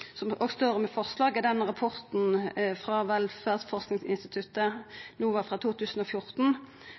står om i forslaget, rapporten frå Velferdsforskingsinstituttet, NOVA, frå 2014,